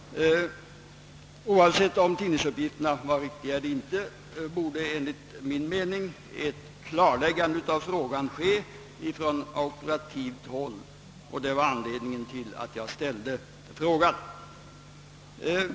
Oavsett om tidningsuppgiften var riktig eller inte borde enligt min mening ett klarläggande av frågan från auktoritativt håll ske, och det var anledning till att jag ställde frågan.